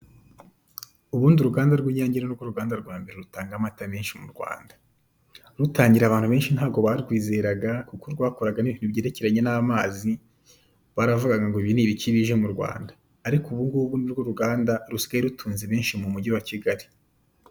Ubundi uruganda rw'inyange ni rwo ruganda rwa mbere rutanga amata menshi mu Rwanda. Rutangira abantu benshi ntabwo barwizeraga kuko rwakoraga n'ibintu byerekeranye n'amazi baravugaga ngo ibi ni ibiki bije mu Rwanda ariko ubu ngubu ni rwo ruganda rusigaye rutunze benshi mu mujyi wa Kigali.